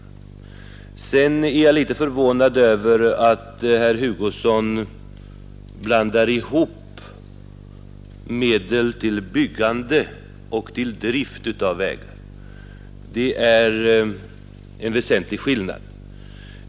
Däremot är jag litet förvånad över att herr Hugosson blandar ihop medel till byggande och medel till drift av vägar. Det är en väsentlig skillnad.